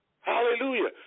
Hallelujah